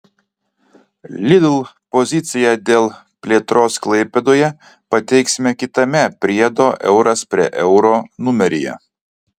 lidl poziciją dėl plėtros klaipėdoje pateiksime kitame priedo euras prie euro numeryje